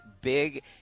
big